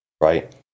right